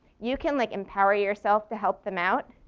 you can like empower yourself to help them out,